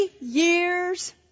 years